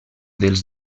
dels